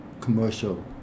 commercial